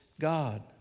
God